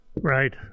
Right